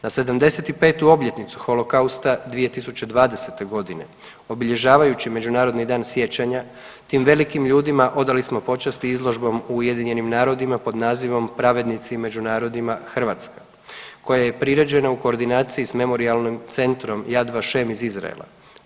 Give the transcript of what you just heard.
Na 75. obljetnicu holokausta 2020. g. obilježavajući Međunarodni dan sjećanja, tim velikim ljudima odali smo počast i izložbom u UN-u pod nazivom Pravednici među narodima Hrvatske koja je priređena u koordinaciji s Memorijalnim centrom Yad Vashem iz Izraela.